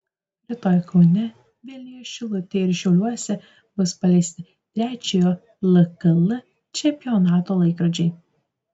rytoj kaune vilniuje šilutėje ir šiauliuose bus paleisti trečiojo lkl čempionato laikrodžiai